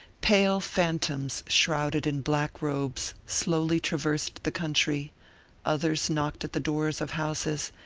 pale fantoms shrouded in black robes, slowly traversed the country others knocked at the doors of houses,